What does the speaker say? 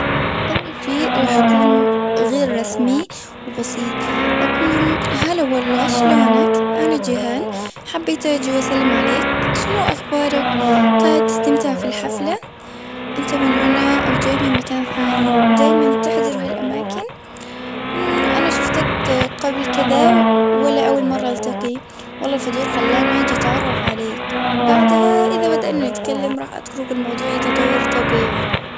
أول شيء راح أكون غير رسمي وبسيط. أقول هلا والله، شلونك، أنا جيهان، حبيت آجي وأسلم عليك. شنو أخبارك، قاعد تستمتع في الحفلة، انت من هنا أو جاي من مكان ثاني. دايماً تحضر هالأماكن. أنا شفتك قبل كذا ولا أول مرة التقيك. والله الفضول خلاني آجي اتعرف عليك. بعدها إذا بدانا نتكلم، راح اترك الموضوع يتطور طبيعي.